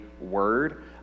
word